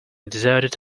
deserted